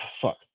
Fuck